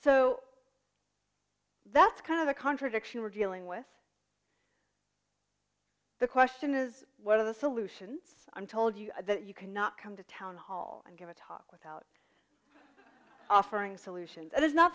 so that's kind of the contradiction we're dealing with the question is what are the solutions i'm told you that you cannot come to town hall and give a talk without offering solutions and it's not